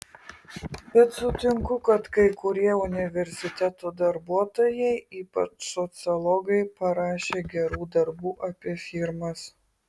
bet sutinku kad kai kurie universitetų darbuotojai ypač sociologai parašė gerų darbų apie firmas